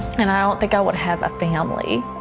and i don't think i would have a family.